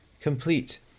complete